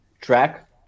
track